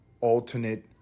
alternate